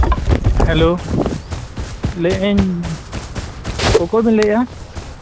hello ᱞᱟᱹᱭᱮᱫ ᱟᱹᱧ ᱚᱠᱚᱭᱵᱤᱱ ᱞᱟᱹᱭᱮᱫᱼᱟ